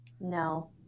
No